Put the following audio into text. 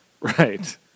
Right